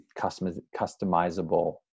customizable